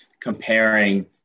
comparing